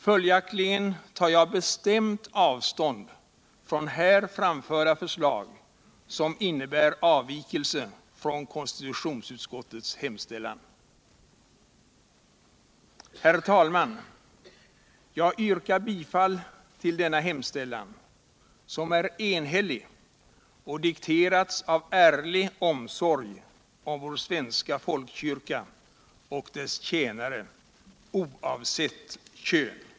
Följaktligen tar jag bestämt avstånd från här framförda förslag som innebär avvikelse från konstitutionsutskottets hemställan. Herr talman! Jag yrkar bifall till denna hemställan, som är enhällig och har dikterats av ärlig omsorg om vår svenska folkkyrka och dess tjänare, oavsett kön.